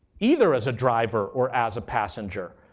either as a driver or as a passenger.